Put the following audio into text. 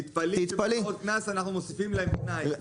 תתפלאי, בעבירות קנס אנחנו מוסיפים להם תנאי.